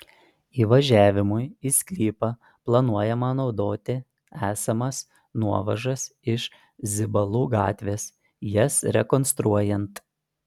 įvažiavimui į sklypą planuojama naudoti esamas nuovažas iš zibalų gatvės jas rekonstruojant